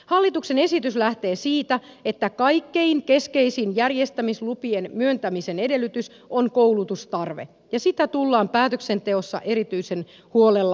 hallituksen esitys lähtee siitä että kaikkein keskeisin järjestämislupien myöntämisen edellytys on koulutustarve ja sitä tullaan päätöksenteossa erityisen huolella arvioimaan